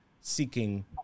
seeking